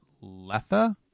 Letha